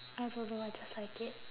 I don't know I just like it